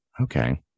okay